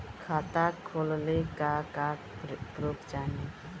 खाता खोलले का का प्रूफ चाही?